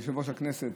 יושב-ראש הכנסת,